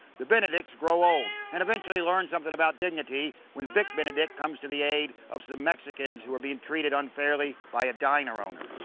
the benedicts grow old and eventually learn something about dignity when bick benedict comes to the aid of some mexicans who are being treated unfairly by a diner owner.